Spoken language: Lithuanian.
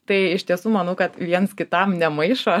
tai iš tiesų manau kad viens kitam nemaišo